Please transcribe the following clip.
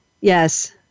Yes